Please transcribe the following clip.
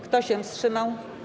Kto się wstrzymał?